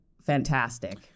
Fantastic